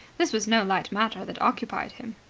this was no light matter that occupied him.